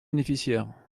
bénéficiaire